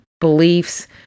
beliefs